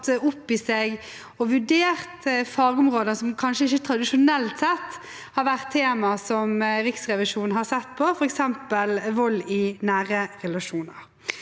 og vurdert fagområder som kanskje ikke tradisjonelt sett har vært tema Riksrevisjonen har sett på, f.eks. vold i nære relasjoner.